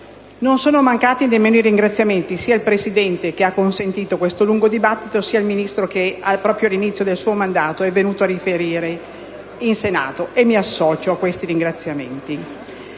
Non sono mancati nemmeno i ringraziamenti, sia al Presidente, che ha consentito questo lungo dibattito, sia al Ministro che, proprio all'inizio del suo mandato, è venuto a riferire in Senato, e mi associo a questi ringraziamenti.